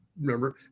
remember